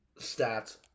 stats